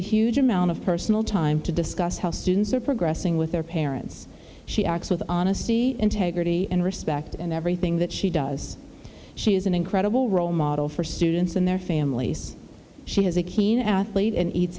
a huge amount of personal time to discuss how students are progressing with their parents she acts with honesty integrity and respect and everything that she does she is an incredible role model for students and their families she has a keen athlete and eats